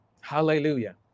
Hallelujah